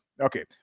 Okay